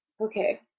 Okay